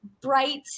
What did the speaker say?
bright